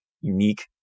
unique